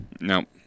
Nope